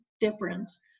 difference